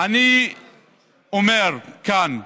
אני אומר כאן,